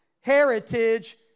heritage